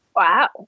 Wow